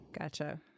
Gotcha